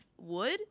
wood